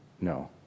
No